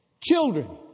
children